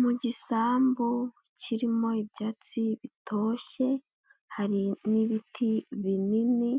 Mu gisambu kirimo ibyatsi bitoshye, hari n'ibiti binini,